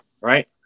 right